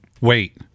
Wait